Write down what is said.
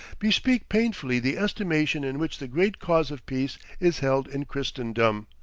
bespeak painfully the estimation in which the great cause of peace is held in christendom.